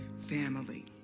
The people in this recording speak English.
family